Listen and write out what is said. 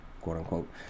quote-unquote